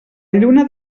lluna